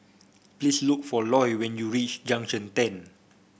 please look for Loy when you reach Junction Ten